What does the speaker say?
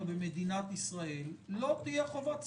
במדינת ישראל לא תהיה חובת סודיות.